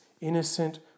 innocent